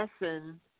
lesson